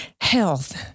Health